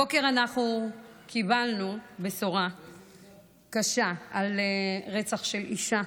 הבוקר קיבלנו בשורה קשה על רצח של אישה,